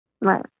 Right